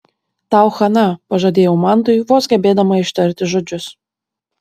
tau chana pažadėjau mantui vos gebėdama ištarti žodžius